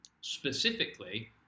specifically